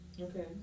Okay